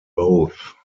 both